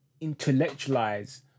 intellectualize